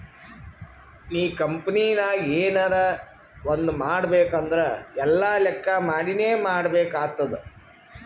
ನೀ ಕಂಪನಿನಾಗ್ ಎನರೇ ಒಂದ್ ಮಾಡ್ಬೇಕ್ ಅಂದುರ್ ಎಲ್ಲಾ ಲೆಕ್ಕಾ ಮಾಡಿನೇ ಮಾಡ್ಬೇಕ್ ಆತ್ತುದ್